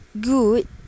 good